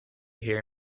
hear